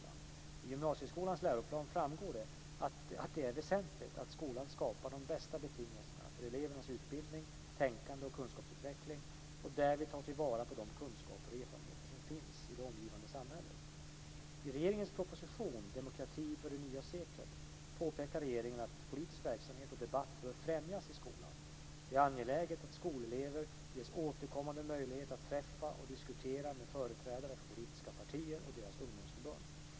I gymnasieskolans läroplan framgår att det är väsentligt att skolan skapar de bästa betingelserna för elevernas utbildning, tänkande och kunskapsutveckling och därvid tar vara på de kunskaper och erfarenheter som finns i det omgivande samhället. I regeringens proposition 2001/02:80 Demokrati för det nya seklet påpekar regeringen att politisk verksamhet och debatt bör främjas i skolan. Det är angeläget att skolelever ges återkommande möjligheter att träffa och diskutera med företrädare för politiska partier och deras ungdomsförbund.